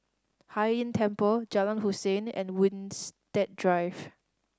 Hai Inn Temple Jalan Hussein and Winstedt Drive